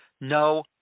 no